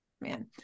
Man